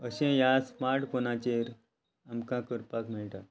अशें ह्या स्मार्ट फोनाचेर आमकां करपाक मेळटा